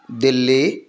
Delhi